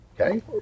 okay